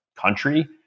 country